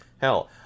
Hell